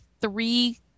three